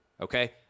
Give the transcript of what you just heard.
okay